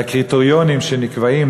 בקריטריונים שנקבעים,